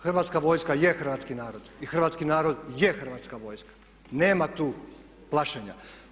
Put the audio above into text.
Hrvatska vojska je hrvatski narod i Hrvatski narod je Hrvatska vojska, nema tu plašenja.